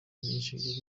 myinshi